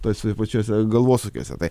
tuose pačiuose galvosūkiuose tai